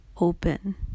open